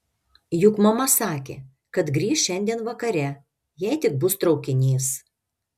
juk mama sakė kad grįš šiandien vakare jei tik bus traukinys